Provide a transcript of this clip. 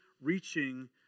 reaching